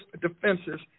defenses